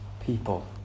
people